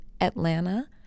Atlanta